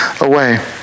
away